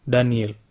Daniel